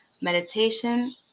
meditation